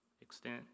extent